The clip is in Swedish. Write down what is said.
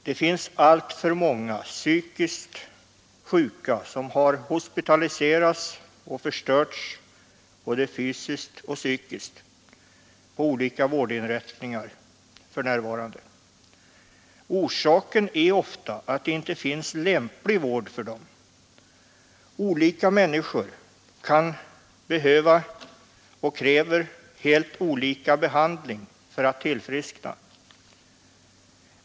Det finns alltför många psykiskt sjuka som hospitaliseras och förstörs både fysiskt och psykiskt på olika vårdinrättningar för närvarande. Orsaken är ofta att det inte finns lämplig vård för dem. Olika människor kan också kräva helt olika behandling för att tillfriskna.